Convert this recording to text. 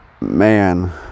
Man